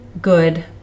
good